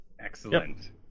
Excellent